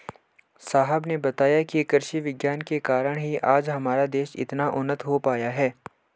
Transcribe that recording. साहब ने बताया कि कृषि विज्ञान के कारण ही आज हमारा देश इतना उन्नत हो पाया है